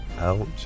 out